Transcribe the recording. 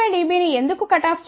5 డిబిని ఎందుకు cut off చేయాలి